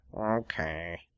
okay